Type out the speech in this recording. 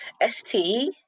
S-T